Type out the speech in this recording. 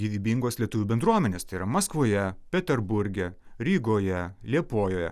gyvybingos lietuvių bendruomenės tai yra maskvoje peterburge rygoje liepojoje